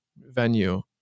venue